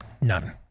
None